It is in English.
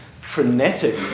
frenetic